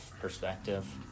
perspective